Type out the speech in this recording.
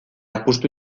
apustu